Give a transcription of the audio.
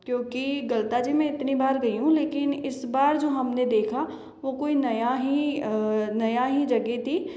क्योंकि गलता जी मैं इतनी बार गई हूँ लेकिन इस बार जो हमने देखा वो कोई नया ही नया ही जगह थी